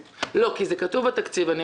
לא, כי זה כתוב בתקציב.